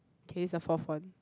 okay is the fourth one